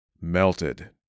melted